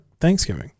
Thanksgiving